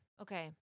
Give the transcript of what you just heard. okay